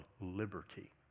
liberty